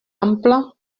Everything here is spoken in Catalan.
ample